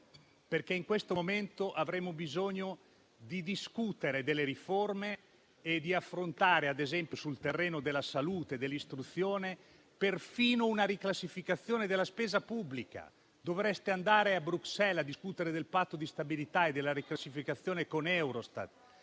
futuro. In questo momento avremmo bisogno di discutere delle riforme e di affrontare, ad esempio sul terreno della salute e dell'istruzione, perfino una riclassificazione della spesa pubblica. Dovreste andare a Bruxelles a discutere del Patto di stabilità e della riclassificazione con Eurostat,